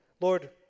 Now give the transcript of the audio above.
Lord